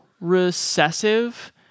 recessive